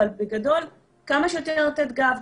אבל בגדול כמה שיותר לתת גב,